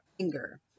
anger